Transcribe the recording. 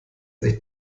echt